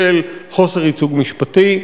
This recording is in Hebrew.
בשל חוסר ייצוג משפטי,